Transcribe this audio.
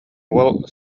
уол